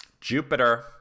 jupiter